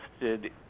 interested